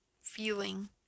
feeling